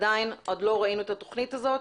עדיין לא ראינו את התוכנית הזאת,